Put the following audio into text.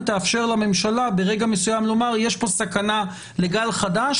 תאפשר לממשלה ברגע מסוים לומר יש פה סכנה לגל חדש,